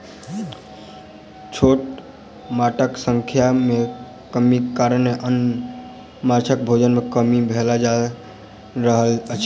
छोट माँछक संख्या मे कमीक कारणेँ अन्य माँछक भोजन मे कमी भेल जा रहल अछि